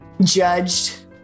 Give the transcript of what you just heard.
judged